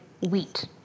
wheat